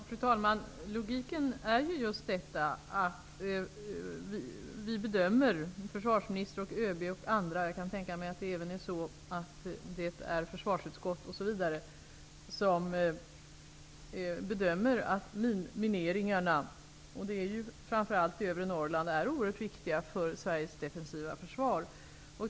Fru talman! Logiken är just att vi, dvs. försvarsministern, ÖB och kanske också försvarsutskottet och andra, bedömer att mineringarna framför allt i övre Norrland är oerhört viktiga för Sveriges defensiva försvar.